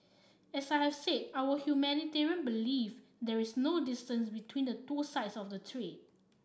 as I have said our humanitarian belief there's no distance between the two sides of the strait